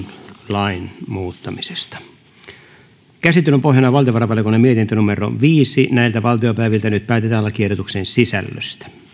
lain kumoamisesta käsittelyn pohjana on valtiovarainvaliokunnan mietintö viisi nyt päätetään lakiehdotuksen sisällöstä